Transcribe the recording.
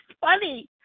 funny